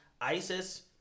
ISIS